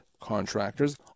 contractors